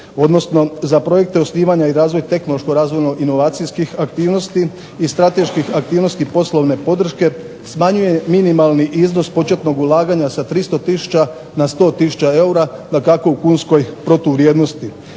odnosno za projekte osnivanja i razvoj tehnološko-razvojno-inovacijskih aktivnosti i strateških aktivnosti poslovne podrške smanjuje minimalni iznos početnog ulaganja sa 300 tisuća na 100 tisuća eura, dakako u kunskoj protuvrijednosti,